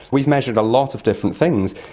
we've measured a lot of different things,